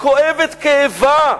כואב את כאבה,